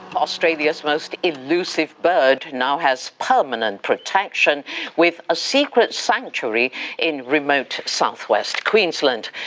australia's most elusive bird now has permanent protection with a secret sanctuary in remote south-west queensland.